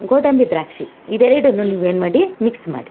ಗೋಡಂಬಿ ದ್ರಾಕ್ಷಿ ಇದು ಎರಡನ್ನು ನೀವೇನು ಮಾಡಿ ಮಿಕ್ಸ್ ಮಾಡಿ